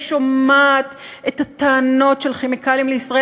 היא שומעת את הטענות של "כימיקלים לישראל"